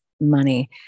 money